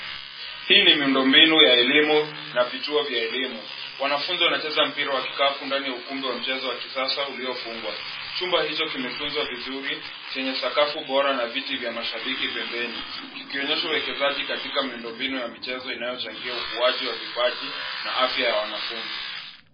Hii ni miundombinu ya elimu na vituo vya elimu . Wanafunzi wanacheza mpira wa kikapu ndani ya ukumbi wa michezo wa kisasa uliofungwa. Chumba hicho kimetunzwa vizuri chenye sakafu bora na viti vya mashabiki pembeni. Kikionyesha uwekezaji katika miundombinu ya uchezaji inayochangia ukuaji na afya ya wanafunzi.